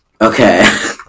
Okay